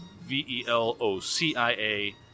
V-E-L-O-C-I-A